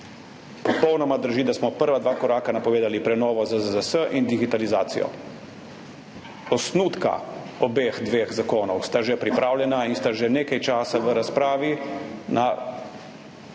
Popolnoma drži, da smo prva dva koraka napovedali, prenovo ZZZS in digitalizacijo. Osnutka obeh zakonov sta že pripravljena in sta že nekaj časa v razpravi na